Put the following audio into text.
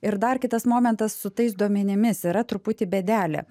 ir dar kitas momentas su tais duomenimis yra truputį bėdelė